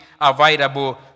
available